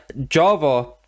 java